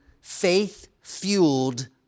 Faith-Fueled